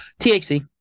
THC